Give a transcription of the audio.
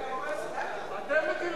אתה הורס, אתם מטילים דופי.